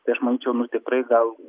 tai aš manyčiau nu tikrai gal